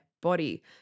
body